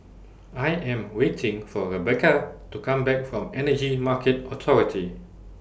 I Am waiting For Rebeca to Come Back from Energy Market Authority